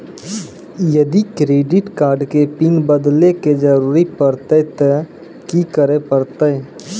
यदि credit card के PIN बदले के जरूरी परतै ते की करे परतै?